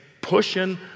pushing